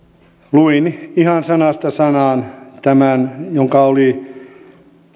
luin ihan sanasta sanaan tämän jonka oli